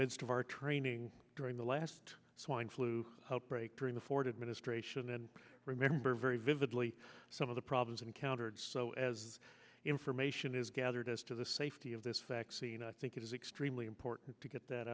midst of our training during the last swine flu outbreak during the ford administration and i remember very vividly some of the problems encountered so as information is gathered as to the safety of this vaccine i think it is really important to get that